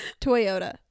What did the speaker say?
toyota